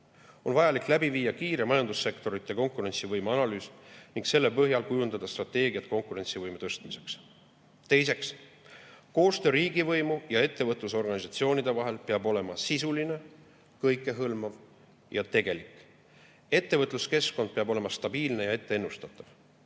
On vajalik läbi viia kiire majandussektorite konkurentsivõime analüüs ning selle põhjal kujundada strateegiad konkurentsivõime tõstmiseks. Teiseks, koostöö riigivõimu ja ettevõtlusorganisatsioonide vahel peab olema sisuline, kõikehõlmav ja tegelik. Ettevõtluskeskkond peab olema stabiilne ja ette ennustatav.